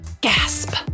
Gasp